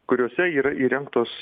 kuriuose yra įrengtos